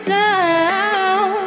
down